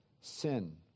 sin